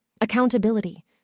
Accountability